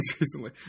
recently